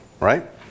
right